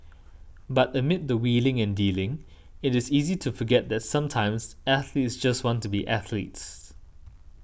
but amid the wheeling and dealing it is easy to forget that sometimes athletes just want to be athletes